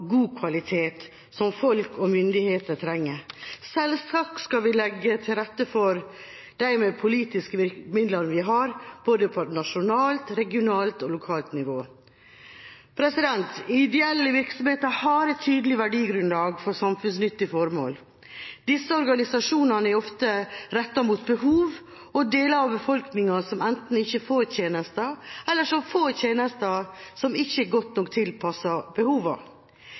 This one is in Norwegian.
god kvalitet, som folk og myndigheter trenger. Selvsagt skal vi legge til rette for det med de politiske virkemidlene vi har, både på nasjonalt, regionalt og lokalt nivå. Ideelle virksomheter har et tydelig verdigrunnlag for samfunnsnyttige formål. Disse organisasjonene er ofte rettet mot behov og mot deler av befolkningen som enten ikke får tjenester, eller som får tjenester som ikke er godt nok